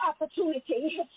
opportunity